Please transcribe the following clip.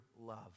love